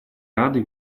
рады